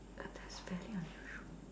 A test value on the